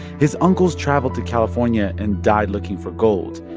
his uncles traveled to california and died looking for gold.